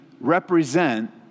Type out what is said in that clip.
represent